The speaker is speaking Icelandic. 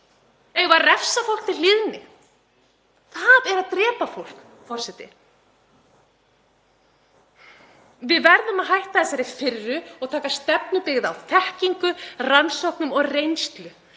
við að refsa fólki til hlýðni? Það er að drepa fólk, forseti. Við verðum að hætta þessari firru og taka stefnu byggða á þekkingu, rannsóknum og reynslu.